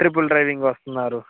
triple driving వస్తున్నారు